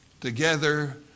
together